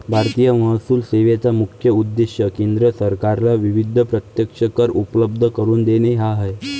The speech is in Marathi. भारतीय महसूल सेवेचा मुख्य उद्देश केंद्र सरकारला विविध प्रत्यक्ष कर उपलब्ध करून देणे हा आहे